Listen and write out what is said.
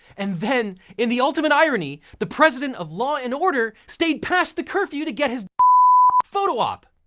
and then in the ultimate irony, the president of law and order stayed past the curfew to get his photo op.